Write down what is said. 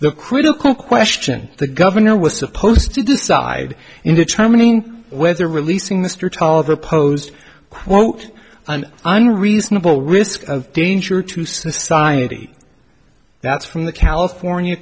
the critical question the governor was supposed to decide in determining whether releasing the streets all over posed quote an unreasonable risk of danger to society that's from the california